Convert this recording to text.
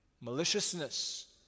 maliciousness